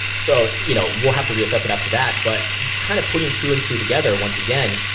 so, you know, we'll have to reassess it after that. but kind of putting two and two together once again.